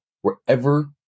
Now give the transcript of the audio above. wherever